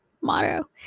motto